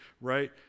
right